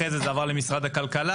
אחר כך זה עבר למשרד הכלכלה.